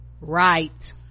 right